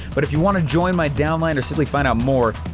but if you wanna join my downline or simply find out more,